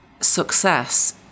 success